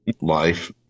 Life